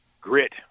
grit